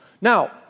Now